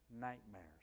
nightmares